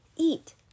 eat